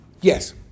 Yes